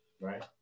right